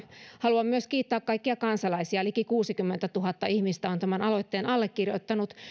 haluan myös kiittää kaikkia kansalaisia liki kuusikymmentätuhatta ihmistä on tämän aloitteen allekirjoittanut